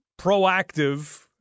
proactive